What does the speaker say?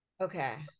Okay